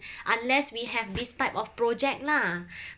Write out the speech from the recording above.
unless we have this type of project lah